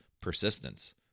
persistence